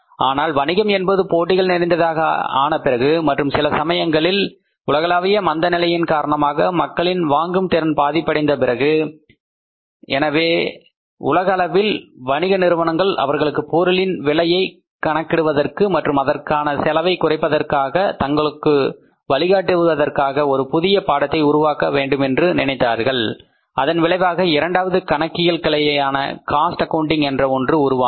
ஆனால் வணிகம் என்பது போட்டிகள் நிறைந்ததாக ஆனபிறகு மற்றும் சில சமயங்களில் உலகளாவிய மந்த நிலையின் காரணமாக மக்களின் வாங்கும் திறன் பாதிப்படைந்தது எனவே உலக அளவில் வணிக நிறுவனங்கள் அவர்களுக்கு பொருளின் விலையை கணக்கிடுவதற்கு மற்றும் அதற்கான செலவை குறைப்பதற்காக தங்களுக்கு வழிகாட்டுவதற்காக ஒரு புதிய பாடத்தை உருவாக்க வேண்டும் என்று நினைத்திருந்தார்கள் அதன் விளைவாக இரண்டாவது கணக்கியல் கிளையான காஸ்ட் அக்கவுன்டிங் என்ற ஒன்று உருவானது